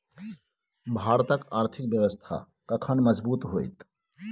भारतक आर्थिक व्यवस्था कखन मजगूत होइत?